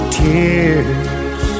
tears